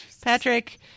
Patrick